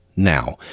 Now